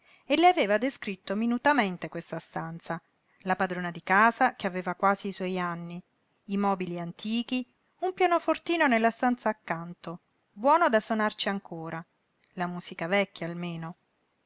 e le aveva descritto minutamente questa stanza la padrona di casa che aveva quasi i suoi anni i mobili antichi un pianofortino nella stanza accanto buono da sonarci ancora la musica vecchia almeno